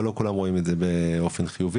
אבל לא כולם רואים את זה באופן חיובי.